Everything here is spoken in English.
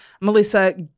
Melissa